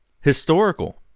historical